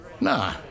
Nah